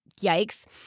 yikes